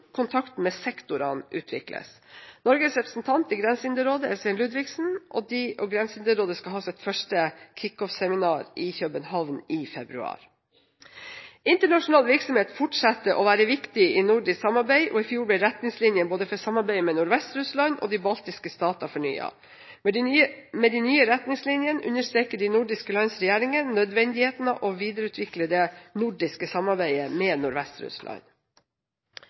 kontakten med sektorene utvikles. Norges representant i Grensehinderrådet er Svein Ludvigsen. Grensehinderrådet skal ha sitt første kick-off-seminar i København i februar. Internasjonal virksomhet fortsetter å være viktig i nordisk samarbeid, og i fjor ble retningslinjene for samarbeidet både med Nordvest-Russland og de baltiske statene fornyet. Med de nye retningslinjene understreker de nordiske lands regjeringer nødvendigheten av å videreutvikle det nordiske samarbeidet med